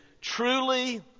truly